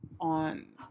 on